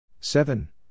seven